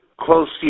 Close